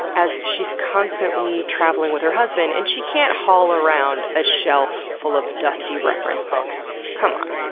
as she's constantly traveling with her husband and she can't haul around a shelf full of dusty reference books. come on.